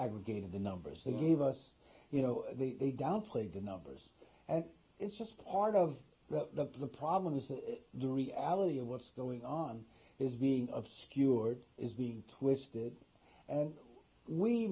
aggregate of the numbers they gave us you know they downplay the numbers and it's just part of the problem isn't the reality of what's going on is being of skewered is being twisted and we